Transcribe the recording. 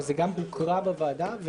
וזה גם הוקרא בוועדה,